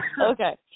okay